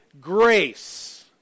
grace